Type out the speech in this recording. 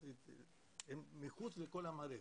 שהם מחוץ לכל המערכת,